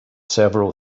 several